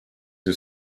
yıl